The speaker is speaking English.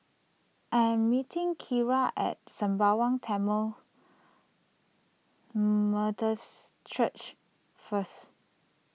I am meeting Kiarra at Sembawang Tamil Methodist Church first